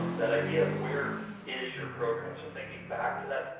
um that idea of where is your program? so thinking back to that,